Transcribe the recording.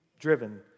driven